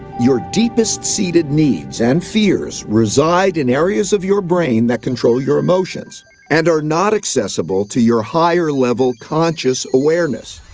your deepest seated needs and fears reside in areas of your brain that control your emotions and are not accessible to your higher-level conscious awareness.